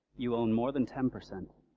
you own more than ten percent